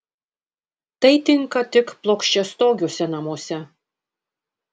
tai tinka tik plokščiastogiuose namuose